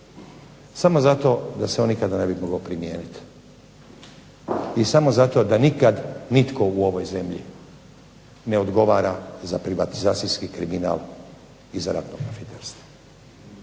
samo zato da se on nikada ne bi mogao primijeniti i samo zato da nikad nitko u ovoj zemlji ne odgovara za privatizacijski kriminal i za ratno profiterstvo.